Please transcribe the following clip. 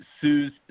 sues